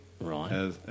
Right